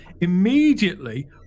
immediately